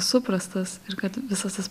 suprastas ir kad visas tas